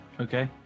Okay